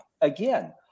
Again